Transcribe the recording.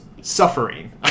suffering